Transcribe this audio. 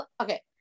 okay